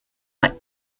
like